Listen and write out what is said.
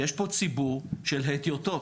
כי יש פה ציבור של הדיוטות,